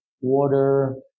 water